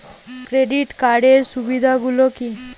Credit কার্ডের সুবিধা গুলো কি?